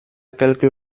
quelque